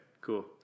cool